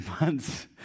months